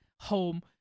home